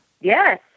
Yes